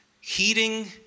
heating